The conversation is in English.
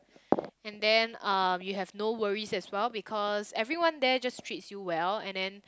and then uh you have no worries as well because everyone there just treats you well and then